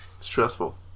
Stressful